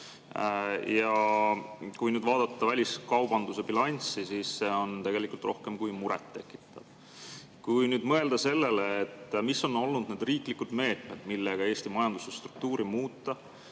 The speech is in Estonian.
Kui aga vaadata väliskaubanduse bilanssi, siis see on tegelikult rohkem kui muret tekitav. Kui nüüd mõelda sellele, mis on olnud need riiklikud meetmed, millega [on püütud] Eesti majanduse struktuuri muuta,